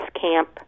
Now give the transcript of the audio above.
camp